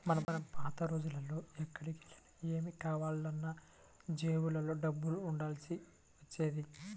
మనం పాత రోజుల్లో ఎక్కడికెళ్ళి ఏమి కొనాలన్నా జేబులో డబ్బులు ఉండాల్సి వచ్చేది